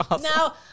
Now